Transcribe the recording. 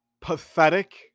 pathetic